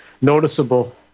noticeable